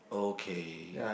okay